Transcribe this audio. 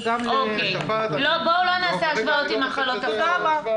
וגם --- בואו לא נעשה השוואות עם מחלות אחרות.